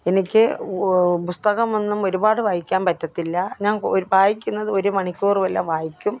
എനിക്ക് പുസ്തകമൊന്നും ഒരുപാട് വായിക്കാന് പറ്റത്തില്ല ഞാന് വായിക്കുന്നത് ഒരു മണിക്കൂര് വല്ലതും വായിക്കും